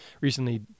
recently